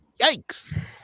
Yikes